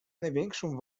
największą